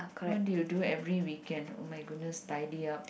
what do you do every weekend oh-my-goodness tidy up